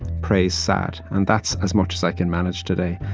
praise sad. and that's as much as i can manage today.